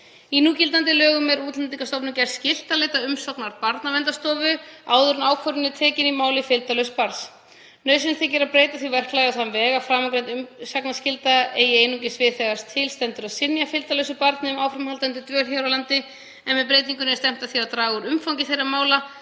Í núgildandi lögum er Útlendingastofnun gert skylt að leita umsagnar Barnaverndarstofu áður en ákvörðun er tekin í máli fylgdarlauss barns. Nauðsynlegt þykir að breyta því verklagi á þann veg að framangreind umsagnarskylda eigi einungis við þegar til stendur að synja fylgdarlausu barn um áframhaldandi dvöl hér á landi. Með breytingunni er stefnt að því að draga úr umfangi þeirra mála